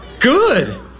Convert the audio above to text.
Good